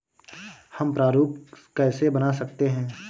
हम प्रारूप कैसे बना सकते हैं?